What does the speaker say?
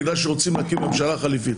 בגלל שרוצים להקים ממשלה חליפית.